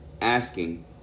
asking